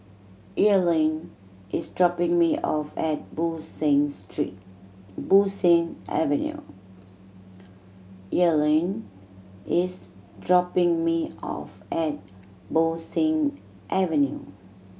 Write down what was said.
Earlene is dropping me off at Bo Seng Street Bo Seng Avenue Earlene is dropping me off at Bo Seng Avenue